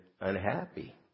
unhappy